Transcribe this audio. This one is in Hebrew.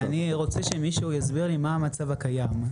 אני רוצה שמישהו יסביר לי מה המצב הקיים.